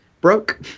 broke